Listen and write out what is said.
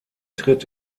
tritt